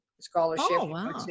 scholarship